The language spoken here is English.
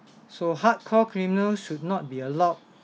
so hardcore criminals should not be allowed